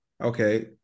Okay